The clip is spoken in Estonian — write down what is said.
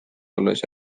olles